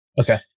Okay